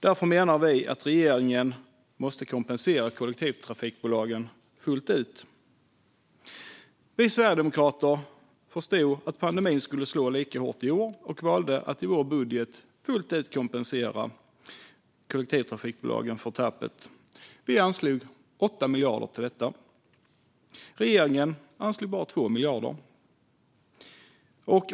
Därför menar vi att regeringen måste kompensera kollektivtrafikbolagen fullt ut. Vi sverigedemokrater förstod att pandemin skulle slå lika hårt i år, och vi valde att i vår budget fullt ut kompensera kollektivtrafikbolagen för tappet. Vi anslog 8 miljarder för detta, medan regeringen bara anslog 2 miljarder.